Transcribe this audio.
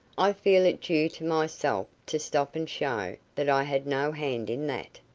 i feel it due to myself to stop and show that i had no hand in that.